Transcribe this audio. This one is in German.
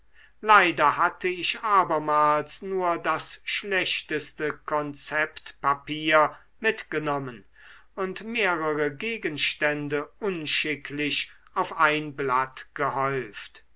leider hatte ich abermals nur das schlechteste konzeptpapier mitgenommen und mehrere gegenstände unschicklich auf ein blatt gehäuft